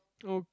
oh